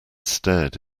stared